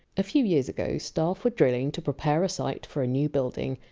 a few years ago, staff were drilling to prepare a site for a new building,